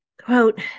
Quote